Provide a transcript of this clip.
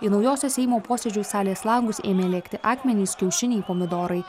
į naujosios seimo posėdžių salės langus ėmė lėkti akmenys kiaušiniai pomidorai